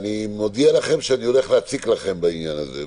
ואני מודיע לכם שאני הולך להציק לכם בעניין הזה,